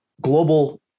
global